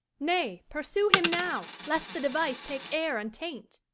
nay, pursue him now, lest the device take air and taint.